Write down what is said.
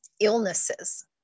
illnesses